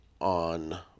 on